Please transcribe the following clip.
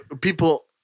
people